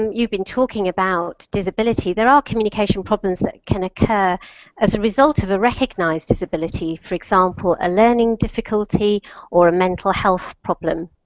you've been talking about disability that all communication problems that can occur as a result of a recognized disability. for example, a learning difficulty or a mental health problem.